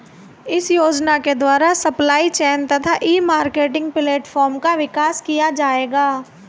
इस योजना के द्वारा सप्लाई चेन तथा ई मार्केटिंग प्लेटफार्म का विकास किया जाएगा